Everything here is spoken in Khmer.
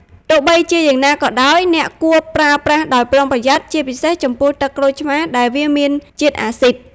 ទោះបីជាយ៉ាងណាក៏ដោយ អ្នកគួរប្រើប្រាស់ដោយប្រុងប្រយ័ត្ន ជាពិសេសចំពោះទឹកក្រូចឆ្មារដែលវាមានជាតិអាស៊ីដ។